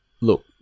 Look